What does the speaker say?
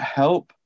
help